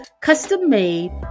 custom-made